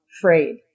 frayed